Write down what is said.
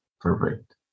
Perfect